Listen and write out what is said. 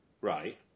Right